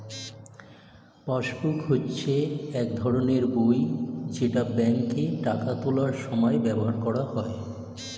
passbook হচ্ছে এক ধরনের বই যেটা ব্যাংকে টাকা তোলার সময় ব্যবহার করা হয়